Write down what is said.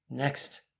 Next